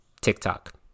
TikTok